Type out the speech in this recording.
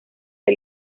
que